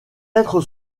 être